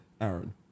Aaron